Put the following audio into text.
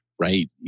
right